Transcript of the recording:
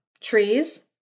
trees